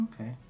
Okay